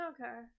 Okay